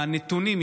הנתונים,